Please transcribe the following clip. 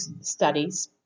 studies